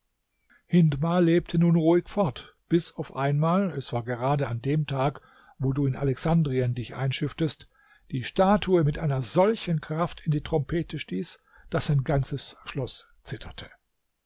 hindmar lebte nun ruhig fort bis auf einmal es war gerade an dem tag wo du in alexandrien dich einschifftest die statue mit einer solchen kraft in die trompete stieß daß sein ganzes schloß zitterte